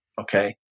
Okay